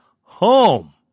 home